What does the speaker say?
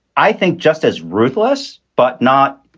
i think, just as ruthless, but not